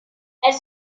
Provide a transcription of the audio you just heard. elle